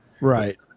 Right